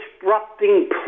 disrupting